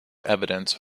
evidence